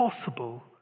possible